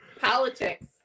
politics